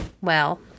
Well